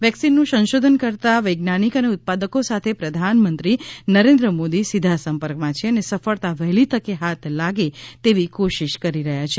વેક્સિનનું સંશોધન કરતાં વૈજ્ઞાનિક અને ઉત્પાદકો સાથે પ્રધાનમંત્રી નરેન્દ્ર મોદી સીધા સંપર્કમાં છે અને સફળતા વહેલી તકે હાથ લાગે તેવી કોશિશ કરી રહ્યા છે